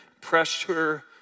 pressure